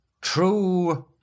true